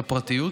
הפרטיות,